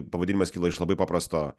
pavadinimas kilo iš labai paprasto